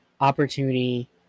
opportunity